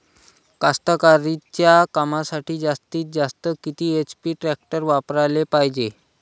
कास्तकारीच्या कामासाठी जास्तीत जास्त किती एच.पी टॅक्टर वापराले पायजे?